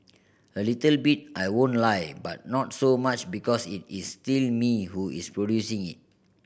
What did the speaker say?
a little bit I won't lie but not so much because it is still me who is producing it